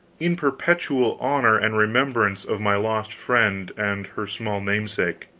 in perpetual honor and remembrance of my lost friend and her small namesake.